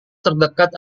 terdekat